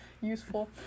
useful